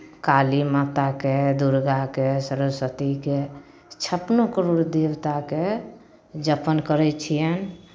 काली माताके दुर्गाके सरस्वतीके छप्पनो करोड़ देवताके जपन करै छियनि